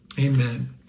amen